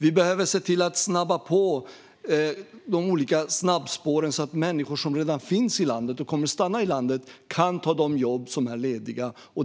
Vi behöver också se till att snabba på de olika snabbspåren så att människor som redan finns i landet och som kommer att stanna i landet kan ta de jobb som är lediga.